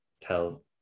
tell